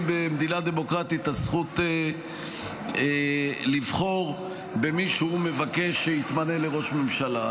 במדינה דמוקרטית: הזכות לבחור במי שהוא מבקש שיתמנה לראש ממשלה.